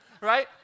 right